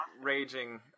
raging